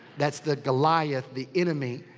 that's the goliath the enemy.